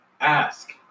ask